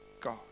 God